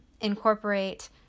incorporate